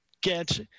get